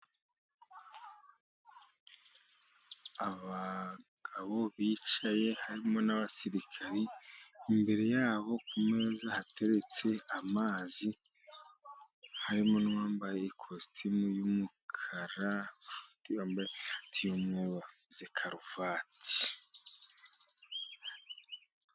Abagabo bicaye harimo n'abasirikari, imbere yabo ku meza hateretse amazi, harimo n'uwambaye ikositimu y'umukara, n'undi wambaye ishati y'umweru wafunze karuvati.